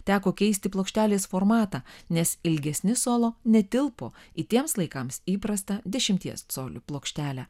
teko keisti plokštelės formatą nes ilgesni solo netilpo į tiems laikams įprastą dešimties colių plokštelę